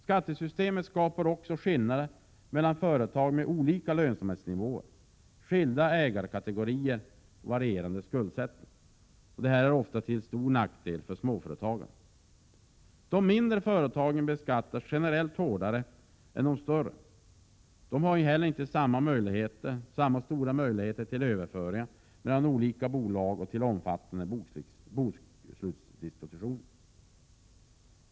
Skattesystemet skapar också skillnader mellan företag med olika lönsamhetsnivåer, skilda ägarkategorier och varierande skuldsättning. Detta är ofta till stor nackdel för småföretagare. De mindre företagen beskattas generellt hårdare än de större. De har heller inte lika stora möjligheter till överföringar mellan olika bolag och till omfattande bokslutsdispositioner.